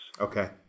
Okay